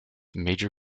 major